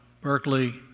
Berkeley